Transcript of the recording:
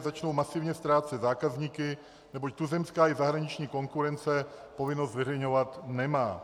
Začnou masivně ztrácet zákazníky, neboť tuzemská i zahraniční konkurence povinnost zveřejňovat nemá.